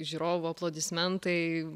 žiūrovų aplodismentai